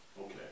Okay